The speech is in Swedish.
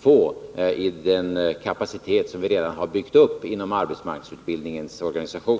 få inom den kapacitet som vi redan har byggt upp inom arbetsmarknadsutbildningens organisation.